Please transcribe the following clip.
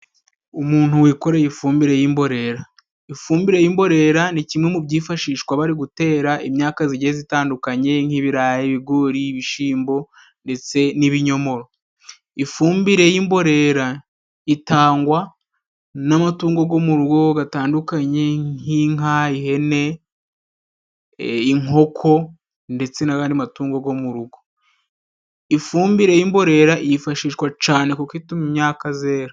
Umuntu wikoreye ifumbire y'imborera, ifumbire y'imborera ni kimwe mu byifashishwa bari gutera imyaka zigiye zitandukanye nk'ibirayi, ibigori, ibishimbo ndetse n'ibinyomoro. Ifumbire y'imborera itangwa n'amatungo go mu rugo gatandukanye, nk'inka, ihene, inkoko ndetse n'agandi matungo go mu rugo. Ifumbire y'imborera yifashishwa cane kuko ituma imyaka zera.